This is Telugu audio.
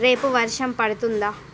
రేపు వర్షం పడుతుందా